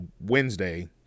Wednesday